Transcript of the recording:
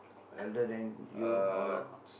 elder than you or not